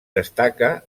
destaca